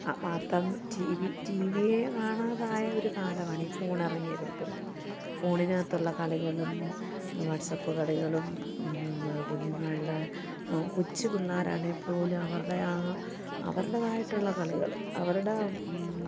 ആ വാർത്ത T V T വിയെ കാണാതായ ഒരു കാലമാണ് ഈ ഫോൺ ഇറങ്ങിയതിൽ പിന്നെ ഫോണിനകത്തുള്ള കളികളും വാട്ട്സ്അപ്പ് കളികളും കുഞ്ഞുങ്ങളുടെ കൊച്ചുപിള്ളാരാണെങ്കി പോലും അവരുടെ ആ അവരുടേതായിട്ടുള്ള കളികൾ അവരുടെ